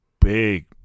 Big